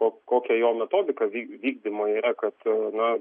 o kokia jo metodika vyk vykdymo yra kad na